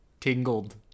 tingled